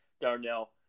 Darnell